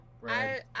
right